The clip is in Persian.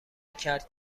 کرد